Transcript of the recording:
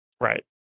Right